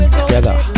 together